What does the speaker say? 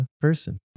person